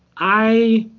i